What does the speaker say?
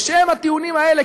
בשם הטיעונים האלה,